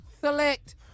Select